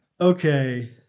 Okay